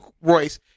Royce